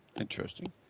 interesting